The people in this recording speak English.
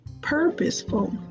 purposeful